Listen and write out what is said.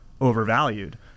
overvalued